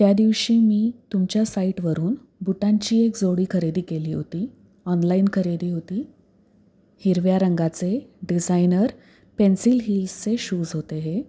त्या दिवशी मी तुमच्या साईटवरून बुटांची एक जोडी खरेदी केली होती ऑनलाईन खरेदी होती हिरव्या रंगाचे डिझायनर पेन्सिल हिल्सचे शूज होते हे